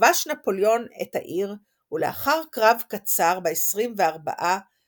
כבש נפוליאון את העיר לאחר קרב קצר ב-24 בפברואר